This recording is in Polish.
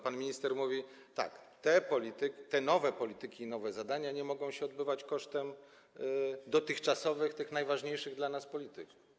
Pan minister mówi tak: te nowe polityki i nowe zadania nie mogą odbywać się kosztem dotychczasowych, tych najważniejszych dla nas polityk.